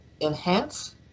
enhance